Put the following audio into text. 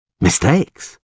Mistakes